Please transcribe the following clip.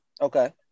okay